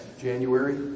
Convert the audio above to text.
January